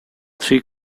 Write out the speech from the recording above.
three